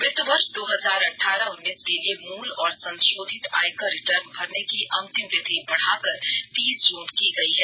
वित्त वर्ष दो हजार अठारह उन्नीस के लिये मूल और संशोधित आयकर रिटर्न भरने की अंतिम तिथि बढ़ाकर तीस जून की गई है